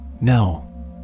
No